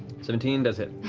seventeen does hit.